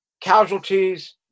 casualties